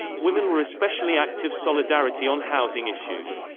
women were especially active solidarity on housing issues.